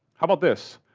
how about this.